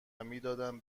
میدادم